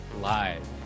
Live